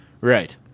Right